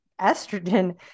estrogen